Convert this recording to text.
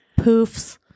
poofs